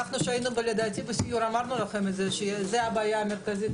כשהיינו בסיור אמרנו לכם שזו הבעיה המרכזית,